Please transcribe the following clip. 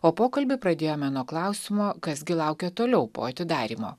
o pokalbį pradėjome nuo klausimo kas gi laukia toliau po atidarymo